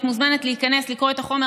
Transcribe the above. את מוזמנת להיכנס, לקרוא את החומר.